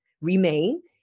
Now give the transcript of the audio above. remain